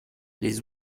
les